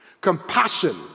Compassion